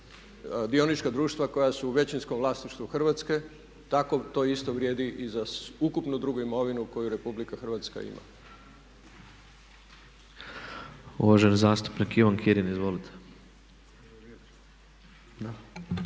dionička društva koja su u većinskom vlasništvu Hrvatske tako to isto vrijedi i za ukupnu drugu imovinu koju Republika Hrvatska ima. **Tepeš, Ivan (HSP AS)**